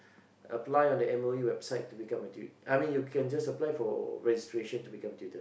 apply on the M_O_E website to become a tut~ I mean you can just apply for registration to become a tutor